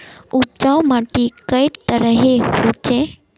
उपजाऊ माटी कई तरहेर होचए?